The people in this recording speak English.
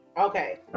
Okay